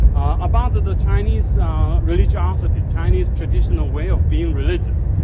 about the chinese religiosity, chinese traditional way of being religion.